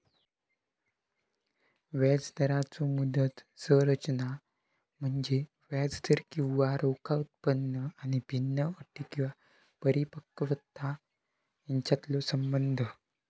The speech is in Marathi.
व्याजदराचो मुदत संरचना म्हणजे व्याजदर किंवा रोखा उत्पन्न आणि भिन्न अटी किंवा परिपक्वता यांच्यातलो संबंध